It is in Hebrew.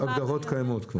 הגדרות קיימות כבר.